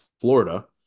Florida